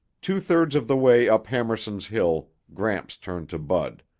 two-thirds of the way up hammerson's hill, gramps turned to bud.